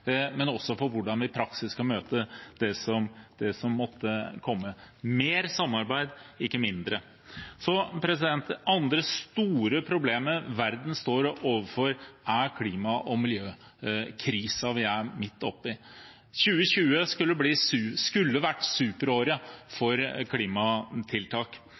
for hvordan vi i praksis skal møte det som måtte komme. – Mer samarbeid, ikke mindre. Det andre store problemet verden står overfor, er klima- og miljøkrisen vi er midt oppe i. 2020 skulle